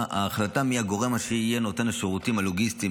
ההחלטה מי הגורם אשר יהיה נותן השירותים הלוגיסטיים